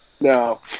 No